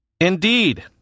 Indeed